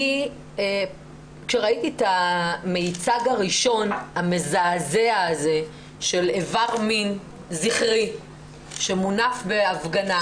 כשראיתי את המיצג הראשון המזעזע הזה של איבר מין זכרי שמונף בהפגנה,